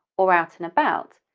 or out and about,